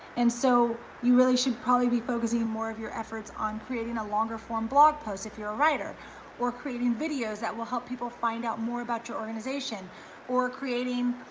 and so you really should probably be focusing more of your efforts on creating a longer form blog post if you're a writer or creating videos that will help people find out more about your organization or creating,